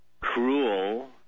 cruel